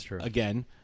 again